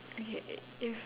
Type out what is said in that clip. okay if